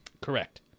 Correct